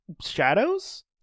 Shadows